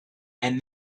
and